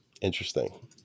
Interesting